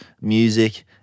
music